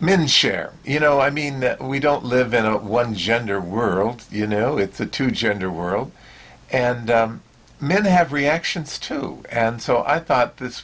mindshare you know i mean we don't live in a one gender world you know it's a two gender world and men have reactions to it and so i thought this